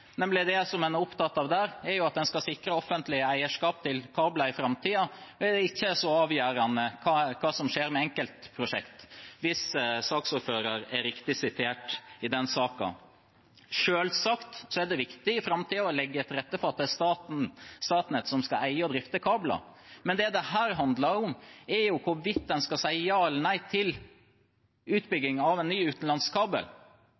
opptatt av der, er at en skal sikre offentlig eierskap til kabler i framtiden, og da er det ikke så avgjørende hva som skjer med enkeltprosjekt – hvis saksordføreren er riktig sitert i den saken. Selvsagt er det viktig i framtiden å legge til rette for at det er Statnett som skal eie og drifte kabler, men det dette handler om, er hvorvidt en skal si ja eller nei til